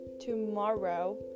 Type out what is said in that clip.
tomorrow